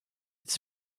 has